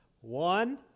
One